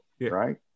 right